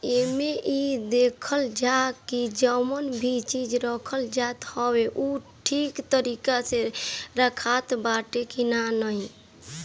एमे इ देखल जाला की जवन भी चीज रखल जात हवे उ ठीक तरीका से रखात बाटे की नाही